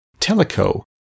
Teleco